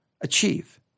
achieve